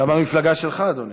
גם במפלגה שלך, אדוני.